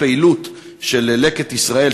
הפעילות של "לקט ישראל",